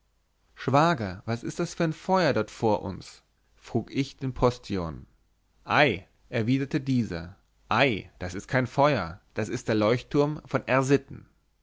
schwager was ist das für ein feuer dort vor uns frug ich den postillon ei erwiderte dieser ei das ist kein feuer das ist der leuchtturm von r